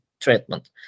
treatment